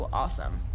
awesome